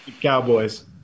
Cowboys